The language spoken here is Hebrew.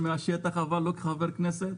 אדוני,